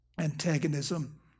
antagonism